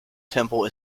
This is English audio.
temple